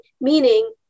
meaning